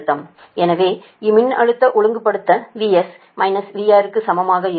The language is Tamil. எனவே எனவே மின்னழுத்த ஒழுங்குபடுத்தல் VS VRக்கு சமமாக இருக்கும்